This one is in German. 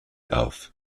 auf